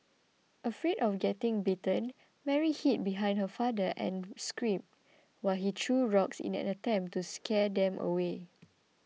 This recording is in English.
afraid of getting bitten Mary hid behind her father and screamed while he threw rocks in an attempt to scare them away